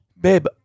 Babe